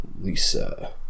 Lisa